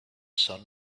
son